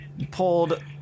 Pulled